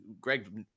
Greg